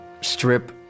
strip